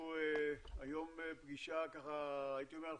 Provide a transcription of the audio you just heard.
אנחנו היום בפגישה, אנחנו